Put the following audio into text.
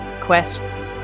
questions